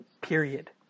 period